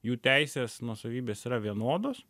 jų teisės nuosavybės yra vienodos